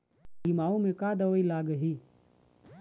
लिमाऊ मे का दवई लागिही?